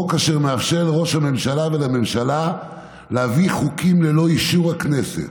חוק אשר מאפשר לראש הממשלה ולממשלה להביא חוקים ללא אישור הכנסת.